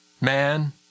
man